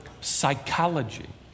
psychology